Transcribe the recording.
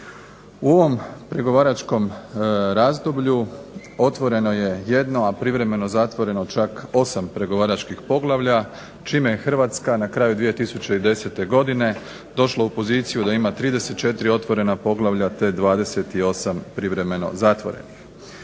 U ovom pregovaračkom razdoblju otvoreno je 1, a privremeno zatvoreno čak 8 pregovaračkih poglavlja čime je Hrvatska na kraju 2010. godine došla u poziciju da ima 34 otvorena poglavlja te 28 privremeno zatvorenih.